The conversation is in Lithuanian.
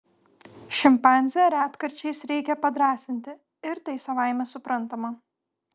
šimpanzę retkarčiais reikia padrąsinti ir tai savaime suprantama